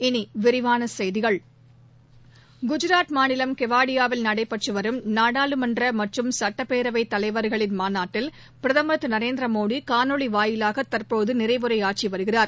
இனி விரிவான செய்திகள் குஜராத் மாநிலம் கெவாடியாவில் நடைபெற்று வரும் நாடாளுமன்ற மற்றும் சட்டப்பேரவை தலைவர்களின் மாநாட்டில் பிரதமர் திரு நரேந்திர மோடி காணொலி வாயிலாக தற்போது நிறைவுரையாற்றி வருகிறார்